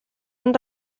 han